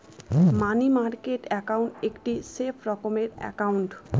মানি market account একটি safe রকমের account